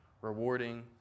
rewarding